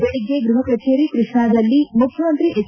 ಬೆಳಿಗ್ಗೆ ಗೃಹ ಕಡೇರಿ ಕೃಷ್ಣದಲ್ಲಿ ಮುಖ್ಯಮಂತ್ರಿ ಎಚ್